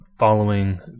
following